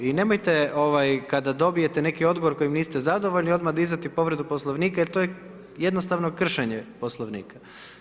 I nemojte kada dobijete neki odgovor s kojim zadovoljni odmah dizati povredu poslovnika jer to je jednostavno kršenje poslovnika.